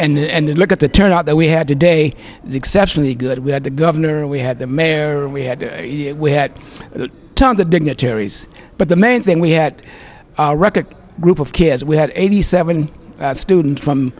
good and look at the turnout that we had today was exceptionally good we had the governor we had the mayor we had we had tons of dignitaries but the main thing we had record group of kids we had eighty seven students from